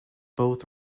both